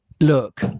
look